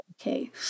Okay